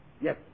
Yes